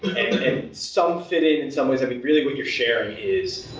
and some fit in in some ways. i mean really what you're sharing is,